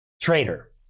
traitor